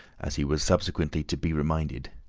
as he was subsequently to be reminded,